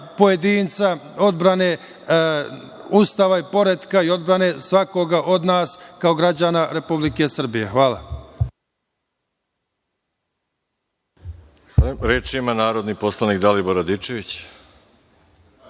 pojedinca, odbrane Ustava i poretka i odbrane svakoga od nas kao građana Republike Srbije. Hvala.